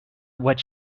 what